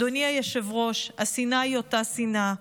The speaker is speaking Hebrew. אדוני היושב-ראש, השנאה היא אותה שנאה.